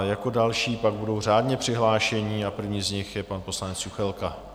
Jako další pak budou řádně přihlášení a první z nich je pan poslanec Juchelka.